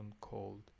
called